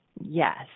Yes